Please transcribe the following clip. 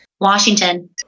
Washington